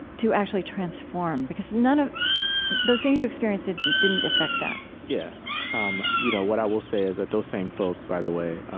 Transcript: to actually transform, because ah those things you experienced ah didn't affect that yeah um you know what i will say is that those same folk, by the way,